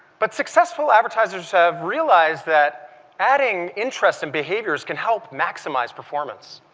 but successful advertisers have realized that adding interests and behaviors can help maximize performance.